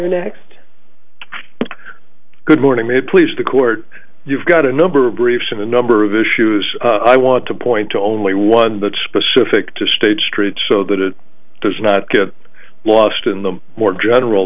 next good morning it please the court you've got a number of briefs and a number of issues i want to point to only one that's specific to state street so that it does not get lost in the more general